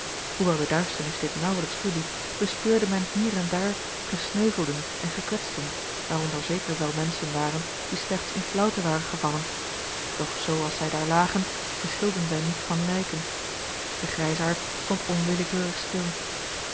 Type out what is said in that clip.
hoewel de duisternis dit naauwelijks toeliet bespeurde men hier en daar gesneuvelden en gekwetsten waaronder zeker wel menschen waren die slechts in flaauwte waren gevallen doch zoo als zij daar lagen verschilden zij niet van lijken de grijsaard stond onwillekeurig stil